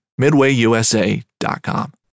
MidwayUSA.com